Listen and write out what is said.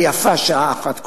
ויפה שעה אחת קודם.